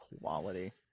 Quality